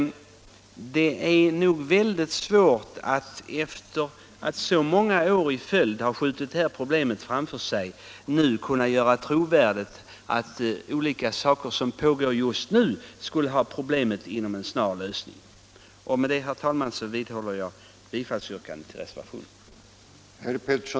Det är nog väldigt svårt att när man så många År i följd har skjutit det här problemet framför sig kunna göra troligt att olika utredningar som nu pågår skulle bringa problemet till en snar lösning. Med detta, herr talman, vidhåller jag bifallsyrkandet till reservationen.